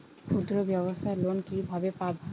ক্ষুদ্রব্যাবসার লোন কিভাবে পাব?